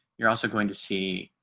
you're also going to see